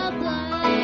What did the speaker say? blood